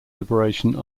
liberation